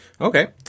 Okay